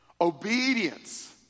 Obedience